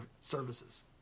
services